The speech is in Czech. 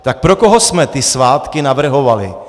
Tak pro koho jsme ty svátky navrhovali?